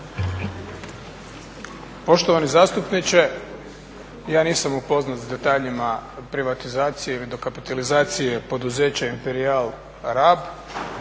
Poštovani zastupniče, ja nisam upoznat s detaljima privatizacije ili dokapitalizacije poduzeća Imperijal Rab.